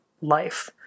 life